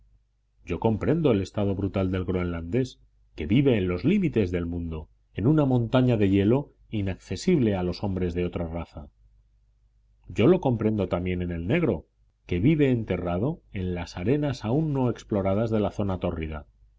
yo comprendo el estado brutal del groenlandés que vive en los límites del mundo en una montaña de hielo inaccesible a los hombres de otra raza yo lo comprendo también en el negro que vive enterrado en las arenas aún no exploradas de la zona tórrida